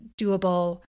doable